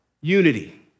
Unity